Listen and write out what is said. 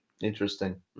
Interesting